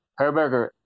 Herberger